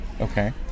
okay